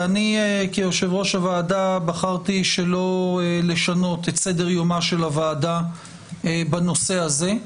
כיושב-ראש הוועדה בחרתי לא לשנות את סדר יומה של הוועדה בנושא הזה.